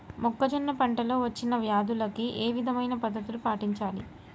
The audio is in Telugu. మొక్కజొన్న పంట లో వచ్చిన వ్యాధులకి ఏ విధమైన పద్ధతులు పాటించాలి?